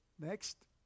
Next